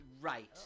Right